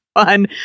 fun